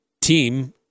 team